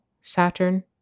Saturn